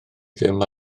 ddim